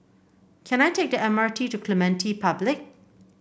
can I take the M R T to Clementi Public